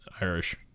Irish